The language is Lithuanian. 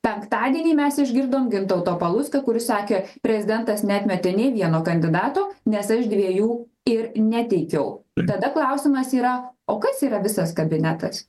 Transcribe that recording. penktadienį mes išgirdom gintauto palucką kuris sakė prezidentas neatmetė nei vieno kandidato nes aš dviejų ir neteikiau tada klausimas yra o kas yra visas kabinetas